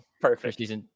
Perfect